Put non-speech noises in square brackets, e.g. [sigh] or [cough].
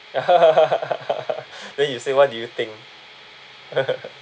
[laughs] then you say what do you think [laughs]